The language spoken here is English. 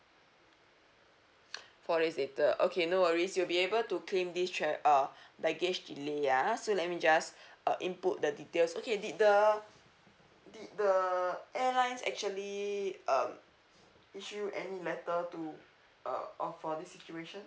four days later okay no worries you'll be able to claim this tra~ uh baggage delay ah so let me just uh input the details okay did the did the airlines actually um issue any letter to uh for this situation